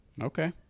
Okay